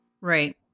right